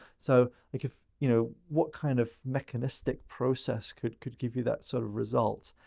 so, like if you know, what kind of mechanistic process could could give you that sort of result?